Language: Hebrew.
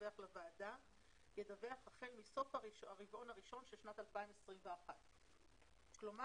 לדווח לוועדה ידווח החל מסוף הרבעון הראשון של 2021. כלומר